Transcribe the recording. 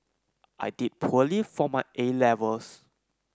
I did poorly for my A Levels